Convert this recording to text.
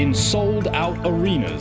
in sold out arenas